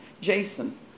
Jason